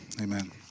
Amen